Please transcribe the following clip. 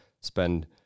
spend